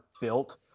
built